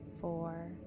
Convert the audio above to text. four